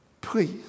please